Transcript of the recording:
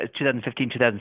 2015-2016